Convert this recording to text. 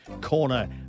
Corner